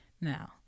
Now